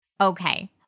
okay